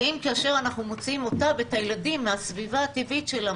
האם כאשר אנחנו מוציאים אותה ואת הילדים מהסביבה הטבעית שלה,